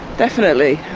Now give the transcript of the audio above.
definitely.